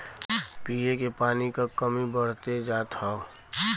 पिए के पानी क कमी बढ़्ते जात हौ